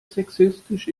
sexistisch